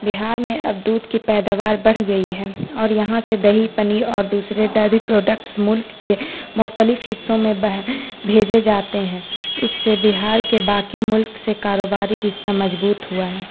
بہار میں اب دودھ کی پیداوار بڑھ گئی ہے اور یہاں سے دہی پنیر اور دوسرے ڈری پروڈکٹس ملک کے مختلف حصوں میں بہ بھیجے جاتے ہیں اس سے بہار کے باقی ملک سے کاروباری رشتہ مضبوط ہوا ہے